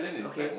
okay